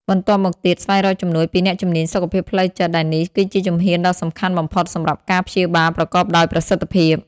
បន្ទាប់មកទៀត ស្វែងរកជំនួយពីអ្នកជំនាញសុខភាពផ្លូវចិត្តដែលនេះគឺជាជំហានដ៏សំខាន់បំផុតសម្រាប់ការព្យាបាលប្រកបដោយប្រសិទ្ធភាព។